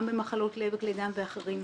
גם במחלות לב וכלי דם ואחרות.